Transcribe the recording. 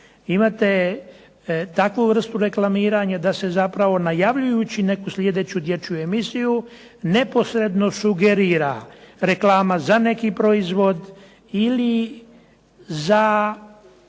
Imate takvu vrstu reklamiranja da se zapravo najavljujući neku slijedeću dječju emisiju neposredno sugerira reklama za neki proizvod ili za